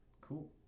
Cool